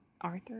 Arthur